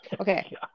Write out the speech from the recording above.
Okay